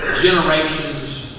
generations